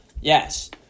yes